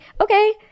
okay